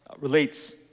relates